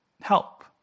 help